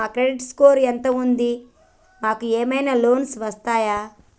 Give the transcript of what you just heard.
మా credit score ఎంత ఉంది? మాకు ఏమైనా లోన్స్ వస్తయా?